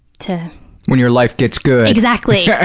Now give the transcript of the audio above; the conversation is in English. to when your life gets good. exactly. ah